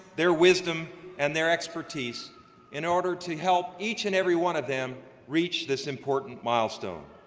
their wisdom, and their expertise in order to help each and every one of them reach this important milestone.